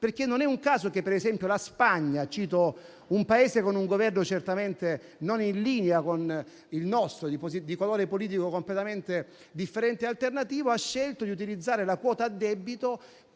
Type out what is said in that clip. stanno. Non è un caso che, per esempio, la Spagna - cito un Paese con un Governo certamente non in linea con il nostro, di colore politico completamente differente e alternativo - abbia scelto di utilizzare la quota a debito